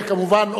כמובן,